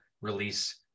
release